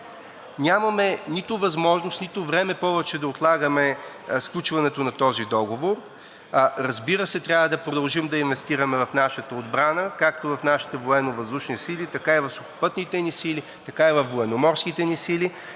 Нямаме нито възможност, нито време повече да отлагаме сключването на този договор. Разбира се, трябва да продължим да инвестираме в нашата отбрана, както в нашите Военновъздушни сили, така и в Сухопътните ни сили, така и във Военноморските ни сили.